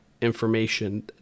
information